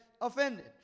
offended